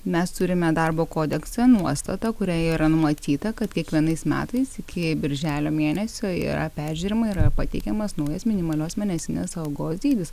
mes turime darbo kodekse nuostatą kurioje yra numatyta kad kiekvienais metais iki birželio mėnesio yra peržiūrima yra pateikiamas naujas minimalios mėnesinės algos dydis